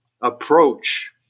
approach